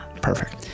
Perfect